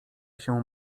się